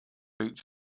each